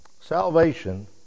Salvation